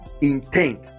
intent